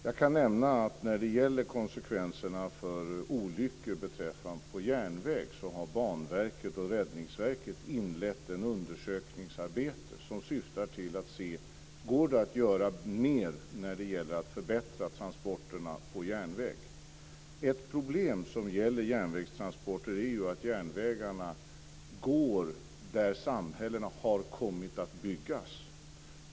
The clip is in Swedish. Jag kan nämna att när det gäller konsekvenserna av olyckor på järnväg har Banverket och Räddningsverket inlett ett undersökningsarbete som syftar till att se om det går att göra mer när det gäller att förbättra transporterna på järnväg. Ett problem som gäller järnvägstransporter är att järnvägarna går där samhällen har kommit att byggas.